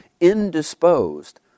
indisposed